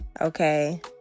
okay